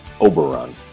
Oberon